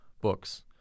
books